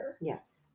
Yes